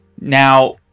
Now